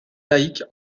laïque